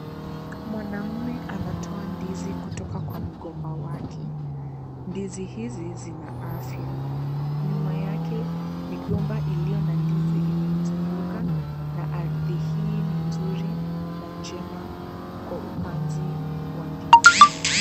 Mwanaume, anatoa ndizi kutoka kwa mgomba wake. Ndizi hizi, zina afya. Nyuma yake, migomba iliyo na ndizi imemzunguka na ardhi hii ni nzuri na njema kwa upanzi wa ndizi.